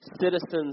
citizens